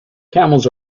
camels